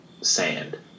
sand